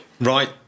Right